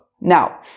Now